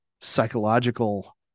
psychological